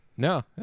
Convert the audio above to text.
No